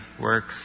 works